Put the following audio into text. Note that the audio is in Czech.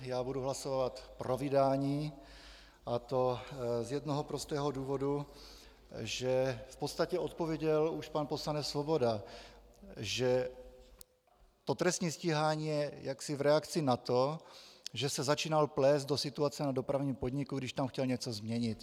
Já budu hlasovat pro vydání, a to z jednoho prostého důvodu v podstatě odpověděl už pan poslanec Svoboda , že to trestní stíhání je jaksi v reakci na to, že se začínal plést do situace na Dopravním podniku, když tam chtěl něco změnit.